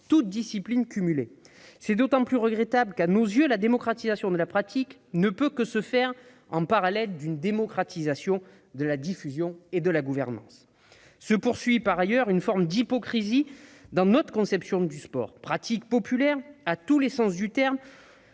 toutes disciplines cumulées. C'est d'autant plus regrettable que, à nos yeux, la démocratisation de la pratique ne peut que se faire en parallèle d'une démocratisation de la diffusion et de la gouvernance. Se poursuit par ailleurs une forme d'hypocrisie dans notre conception du sport. Pratique populaire, à tous les sens du terme,